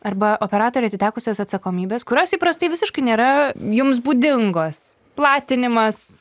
arba operatoriui atitekusios atsakomybės kurios įprastai visiškai nėra jums būdingos platinimas